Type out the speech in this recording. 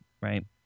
right